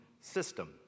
system